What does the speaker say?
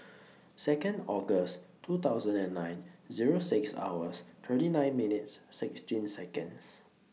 Second August two thousand and nine Zero six hours thirty nine minutes sixteen Seconds